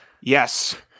Yes